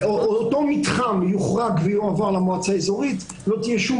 ואותה מתחם יוחרג ויועבר למועצה האזורית לא תהיה שום